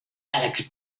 alex